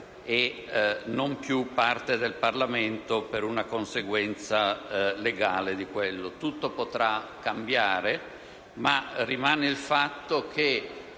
e non più parte del Parlamento per una conseguenza legale di tale condanna. Tutto potrà cambiare, ma rimane il fatto che